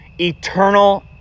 eternal